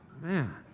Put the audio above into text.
man